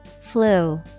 Flu